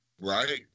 Right